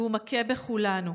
והוא מכה בכולנו.